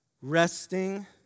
resting